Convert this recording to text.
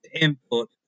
input